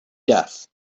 death